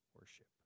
worship